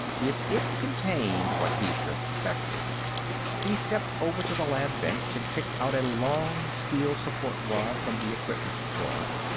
if it contained what he suspected he stepped over to the lab bench and picked out a long steel support rod from the equipment drawer.